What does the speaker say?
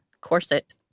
corset